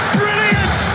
brilliant